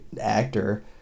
actor